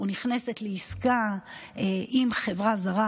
ונכנסת לעסקה עם חברה זרה,